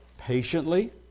patiently